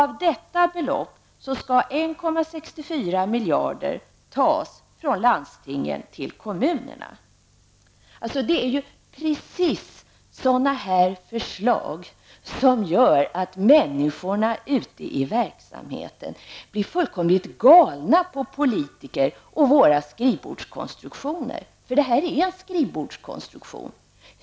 Av detta belopp skall 1,64 miljarder tas från landstingen och föras över till kommunerna. Det är precis sådana här förslag som gör att människorna ute i verksamheten blir fullkomligt galna på oss politiker och våra skrivbordskonstruktioner, för detta är en skrivborskonstruktion.